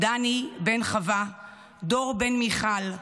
דני בן חווה, דור בן מיכל,